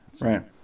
Right